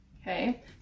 okay